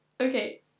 okay